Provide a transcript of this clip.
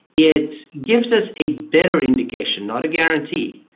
it gives us a better indication, not a guarantee,